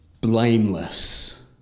blameless